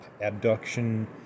abduction